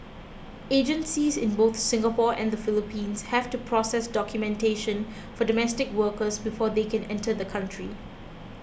agencies in both Singapore and Philippines have to process documentation for domestic workers before they can enter the country